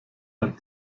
ein